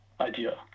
idea